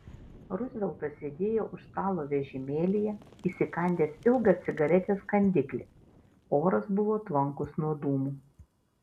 ruzveltas sėdėjo už stalo vežimėlyje įsikandęs ilgą cigaretės kandiklį oras buvo tvankus nuo dūmų